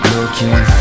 Looking